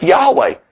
Yahweh